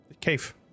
cave